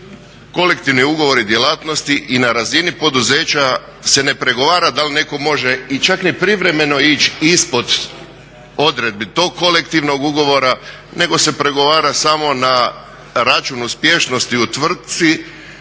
kolektivni ugovori i djelatnosti i na razini poduzeća se ne pregovara da li netko može i čak ni privremeno ići ispod odredbi tog kolektivnog ugovora nego se pregovara samo na račun uspješnosti u tvrtci,